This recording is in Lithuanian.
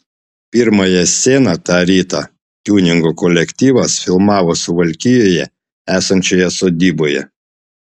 pirmąją sceną tą rytą tiuningo kolektyvas filmavo suvalkijoje esančioje sodyboje